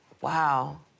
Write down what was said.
Wow